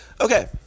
Okay